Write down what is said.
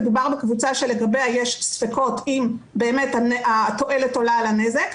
מדובר בקבוצה שלגביה יש ספקות אם באמת התועלת עולה על הנזק,